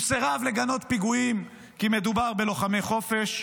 הוא סירב לגנות פיגועים כי מדובר בלוחמי חופש,